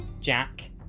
Jack